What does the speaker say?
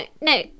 no